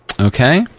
Okay